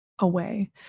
Away